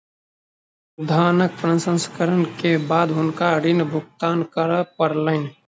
धानक प्रसंस्करण के बाद हुनका ऋण भुगतान करअ पड़लैन